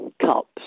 cups